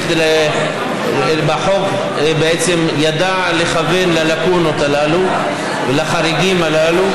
והחוק בהחלט ידע לכוון ללקונות הללו ולחריגים הללו.